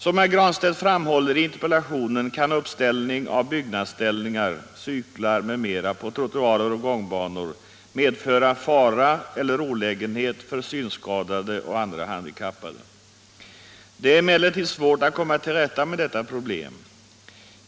Som herr Granstedt framhåller i interpellationen kan uppställning av byggnadsställningar, cyklar m.m. på trottoarer och gångbanor medföra fara eller olägenhet för synskadade och andra handikappade. Det är emellertid svårt att komma till rätta med detta problem.